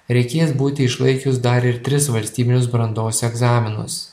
reikės būti išlaikius dar ir tris valstybinius brandos egzaminus